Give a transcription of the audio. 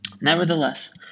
Nevertheless